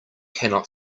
cannot